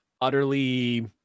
utterly